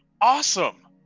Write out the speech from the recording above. Awesome